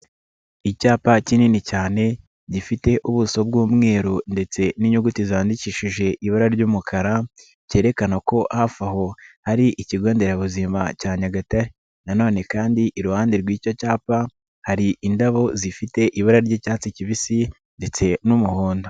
Icyapa kinini cyane gifite ubuso bw'umweru ndetse n'inyuguti zandikishije ibara ry'umukara kerekana ko hafi aho hari ikigo nderabuzima cya Nyagatare nanone kandi iruhande rw'icyo cyapa hari indabo zifite ibara ry'icyatsi kibisi ndetse n'umuhondo.